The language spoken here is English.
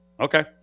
Okay